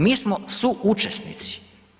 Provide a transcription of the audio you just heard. Mi smo suučesnici.